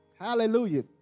hallelujah